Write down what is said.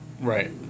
Right